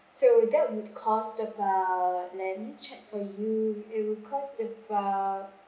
so that would cost about let me check for you it will cost about